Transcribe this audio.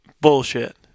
Bullshit